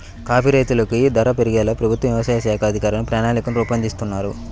coffee రైతులకు ధర పెరిగేలా ప్రభుత్వ వ్యవసాయ శాఖ అధికారులు ప్రణాళికలు రూపొందిస్తున్నారు